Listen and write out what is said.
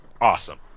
Awesome